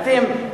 אתם.